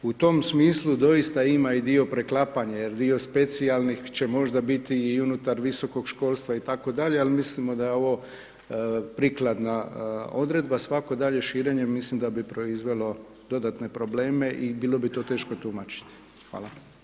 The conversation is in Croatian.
U tom smislu doista ima i dio preklapanja, jer dio specijalnih će možda biti i unutar visokog školstva itd. ali mislimo da je ovo prikladna odredba, svako daljnje širenje, mislim da bi proizvelo dodatne probleme i bilo bi to teško tumačiti, hvala.